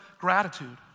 gratitude